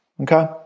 Okay